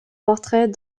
portrait